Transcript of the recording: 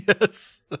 yes